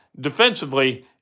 defensively